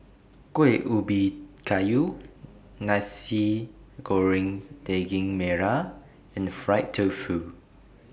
Kuih Ubi Kayu Nasi Goreng Daging Merah and Fried Tofu